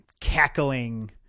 cackling